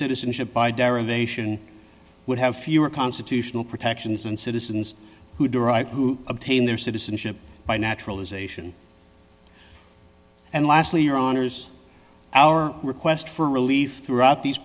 citizenship by derivation would have fewer constitutional protections and citizens who derive who obtain their citizenship by naturalization and lastly your honour's our request for relief throughout these